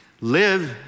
live